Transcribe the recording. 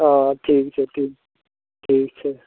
हँ ठीक छै ठीक ठीक छै